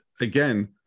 again